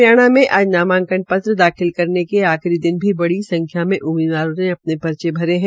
हरियाणा में आज नामांकन दाखिल करने के आखिरी दिन भी बड़ी संख्या में उम्मदीवारों ने अपने पर्चे भरे है